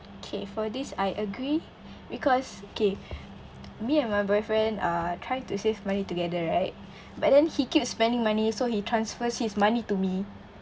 okay for this I agree because okay me and my boyfriend err trying to save money together right but then he keep spending money so he transfers his money to me